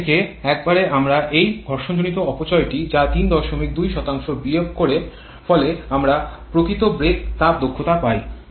সেখান থেকে একবারে আমরা এই ঘর্ষণজনিত অপচয়টি যা ৩২ বিয়োগ করার ফেললে আমরা প্রকৃত ব্রেক তাপ দক্ষতা পাই